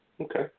Okay